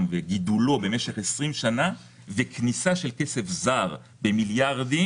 וגידולו במשך עשרים שנה וכניסה של כסף זר במיליארדים,